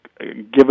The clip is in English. Given